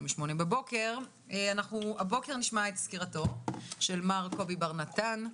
הבוקר נשמע את סקירתו של קובי בר נתן,